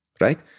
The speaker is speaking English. right